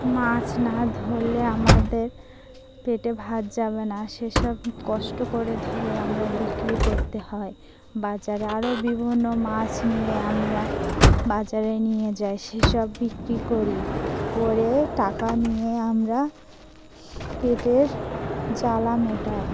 মাছ না ধরলে আমাদের পেটে ভাত যাবে না সেসব কষ্ট করে ধরে আমরা বিক্রি করতে হয় বাজারে আরও বিভিন্ন মাছ নিয়ে আমরা বাজারে নিয়ে যাই সেসব বিক্রি করি করে টাকা নিয়ে আমরা পেটের জ্বালা মেটাই